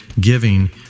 giving